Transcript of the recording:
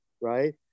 right